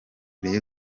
rayon